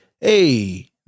hey